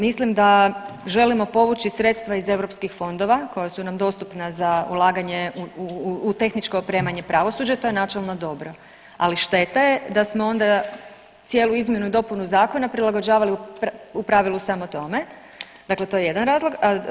Mislim da želimo povući sredstva iz europskih fondova koja su nam dostupna za ulaganje u tehničko opremanje pravosuđa, to je načelno dobro, ali šteta je da smo onda cijelu izmjenu i dopunu zakona prilagođavali u pravilu samo tome, dakle to je jedan razlog.